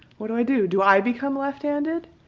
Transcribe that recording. what do i do? do i become left-handed?